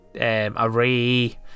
Array